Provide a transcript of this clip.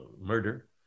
murder